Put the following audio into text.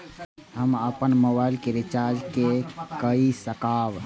हम अपन मोबाइल के रिचार्ज के कई सकाब?